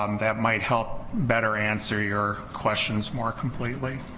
um that might help better answer your questions more completely.